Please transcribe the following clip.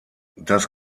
das